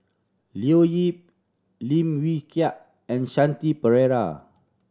Leo Yip Lim Wee Kiak and Shanti Pereira